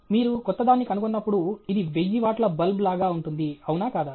మీరు క్రొత్తదాన్ని కనుగొన్నప్పుడు ఇది వెయ్యి వాట్ల బల్బ్ లాగా ఉంటుంది అవునా కాదా